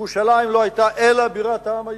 וירושלים לא היתה אלא בירת העם היהודי.